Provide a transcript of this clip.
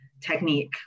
technique